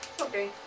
Okay